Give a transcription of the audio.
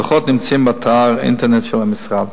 הדוחות נמצאים באתר האינטרנט של המשרד.